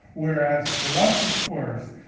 whereas, for us, of course,